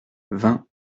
vingt